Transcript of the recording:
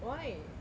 why